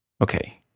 Okay